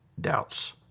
doubts